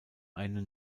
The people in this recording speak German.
eine